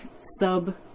sub